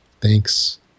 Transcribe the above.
Thanks